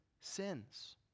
sins